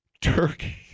turkey